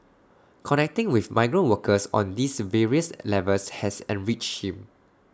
connecting with migrant workers on these various levels has enriched him